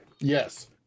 Yes